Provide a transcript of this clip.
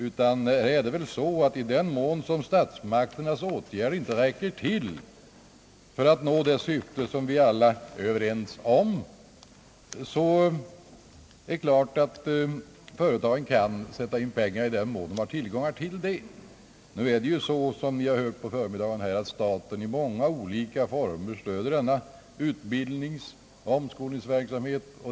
I den mån statsmakternas åtgärder inte räcker till för att nå det syfte vi alla är överens om så är det klart att företagen kan sätta in pengar om de har medel härför. Under förmiddagen här har vi hört att staten i många olika former stöder denna utbildningsoch omskolningsverksamhet.